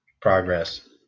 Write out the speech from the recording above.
progress